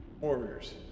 Warriors